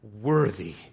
worthy